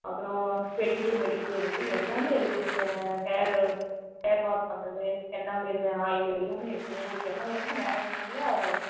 அப்புறோம் pedicure manicure இருக்குது எல்லாமே இருக்குது ஹ ஹேரு ஹேர் வாஷ் பண்ணுறது ஹென்னா மில்லு ஆயிலு எல்லாமே இருக்குது உங்களுக்கு என்ன வேணுமோ நேராக வந்திங்கனால்